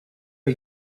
are